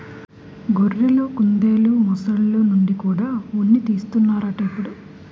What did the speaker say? గొర్రెలు, కుందెలు, మొసల్ల నుండి కూడా ఉన్ని తీస్తన్నారట ఇప్పుడు